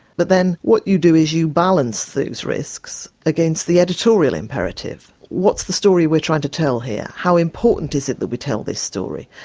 but then what you do is you balance those risks against the editorial imperative. what's the story we're trying to tell here? how important is it that we tell this story?